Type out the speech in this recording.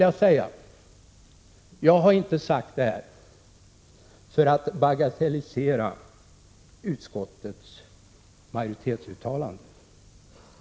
Jag har inte sagt detta för att bagatellisera utskottets majoritetsuttalande.